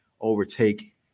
overtake